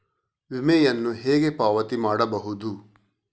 ವಿಮೆಯನ್ನು ಹೇಗೆ ಪಾವತಿ ಮಾಡಬಹುದು?